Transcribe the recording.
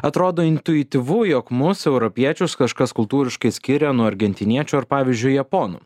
atrodo intuityvu jog mus europiečius kažkas kultūriškai skiria nuo argentiniečių ar pavyzdžiui japonų